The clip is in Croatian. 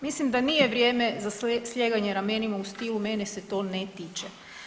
Mislim da nije vrijeme za slijeganje ramenima u stilu mene se to ne tiče.